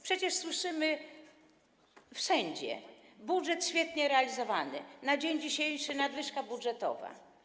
Przecież słyszymy wszędzie: budżet jest świetnie realizowany, że na dzień dzisiejszy jest nadwyżka budżetowa.